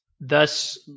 Thus